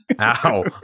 Ow